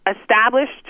established